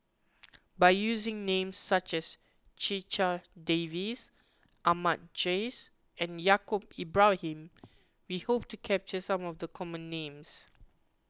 by using names such as Checha Davies Ahmad Jais and Yaacob Ibrahim we hope to capture some of the common names